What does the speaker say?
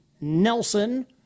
Nelson